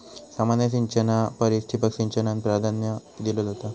सामान्य सिंचना परिस ठिबक सिंचनाक प्राधान्य दिलो जाता